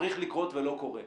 צריך לקרות ולא קורה?